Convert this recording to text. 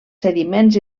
sediments